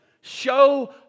show